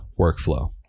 workflow